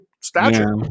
stature